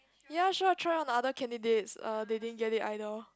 ya sure try on other candidates uh they didn't get it either